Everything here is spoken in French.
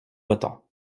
breton